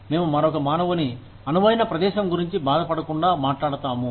మేము మరొక మానవుని అనువైన ప్రదేశం గురించి బాధపడకుండా మాట్లాడతాము